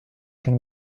can